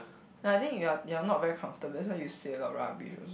no I think you're you're not very comfortable that's why you say a lot rubbish also